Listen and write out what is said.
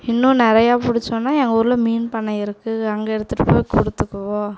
இன்னும் நிறையா பிடிச்சோம்னா எங்கள் ஊரில் மீன் பண்னை இருக்குது அங்கே எடுத்துகிட்டு போய் கொடுத்துக்குவோம்